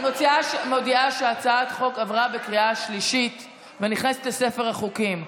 אני מודיעה שהצעת החוק עברה בקריאה שלישית ונכנסת לספר החוקים.